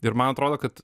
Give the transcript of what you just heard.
ir man atrodo kad